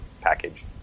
package